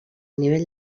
nivell